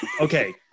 Okay